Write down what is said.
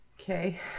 Okay